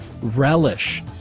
relish